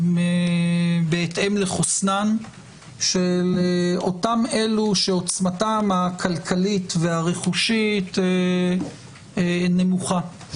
בהתאם לחוסנם של אותם אלה שעוצמתם הכלכלית והרכושית נמוכה.